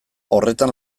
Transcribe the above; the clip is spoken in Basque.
horretan